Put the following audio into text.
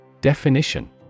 Definition